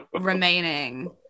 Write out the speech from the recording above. remaining